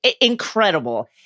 incredible